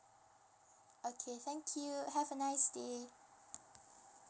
okay thank you have a nice day